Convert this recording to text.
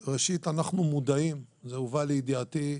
ראשית, אנחנו מודעים וזה הובא לידיעתי,